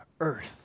earth